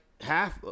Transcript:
half